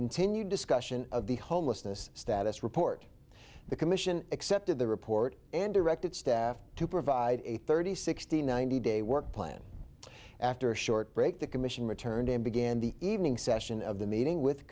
continued discussion of the homelessness status report the commission accepted the report and directed staff to provide a thirty sixty ninety day work plan after a short break the commission returned and began the evening session of the meeting with